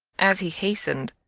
as he hastened,